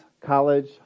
college